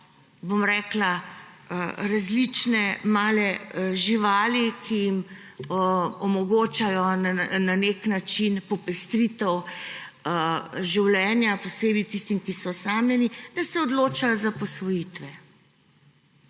za različne male živali, ki jim omogočajo popestritev življenja, posebej tistim, ki so osamljeni, da se odločajo za posvojitve.